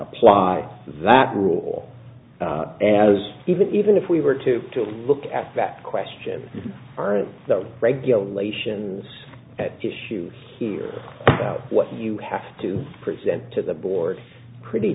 apply that rule as even even if we were to to look at that question aren't the regulations at issue here about what you have to present to the board pretty